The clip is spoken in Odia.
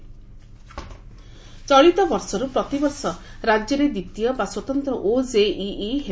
ଓଜେଇ ଚଳିତବର୍ଷରୁ ପ୍ରତିବର୍ଷ ରାକ୍ୟରେ ଦ୍ୱିତୀୟ ବା ସ୍ୱତନ୍ତ୍ ଓଜେଇଇ ହେବ